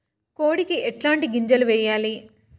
కోడికి ఎట్లాంటి గింజలు వేయాలి?